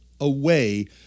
away